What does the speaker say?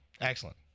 excellent